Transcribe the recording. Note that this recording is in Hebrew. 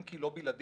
אם כי לא בלעדי,